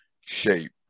shape